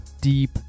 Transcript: deep